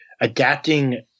adapting